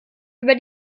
über